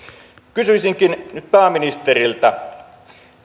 kysyisinkin nyt pääministeriltä